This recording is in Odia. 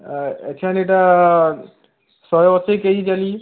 ଏଛେନ୍ ଇଟା ଶହେ ଅଶୀ କେଜି ଚାଲିଛି